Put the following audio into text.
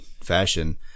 fashion